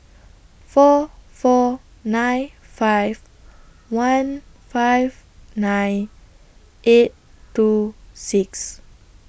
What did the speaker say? four four nine five one five nine eight two six